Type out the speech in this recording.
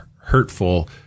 hurtful